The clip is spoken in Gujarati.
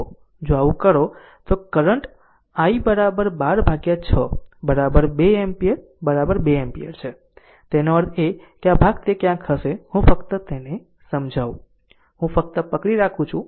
જો આવું કરો તો કરંટ I બરાબર 12 ભાગ્યા 6 બરાબર 2 એમ્પીયર બરાબર 2 એમ્પીયર છે તેનો અર્થ એ કે આ ભાગ તે ક્યાંક હશે હું ફક્ત તેને સમજાવું હું ફક્ત પકડી રાખું છું હું ફક્ત તેને સમજાવું